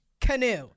Canoe